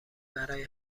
برای